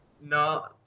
No